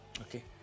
okay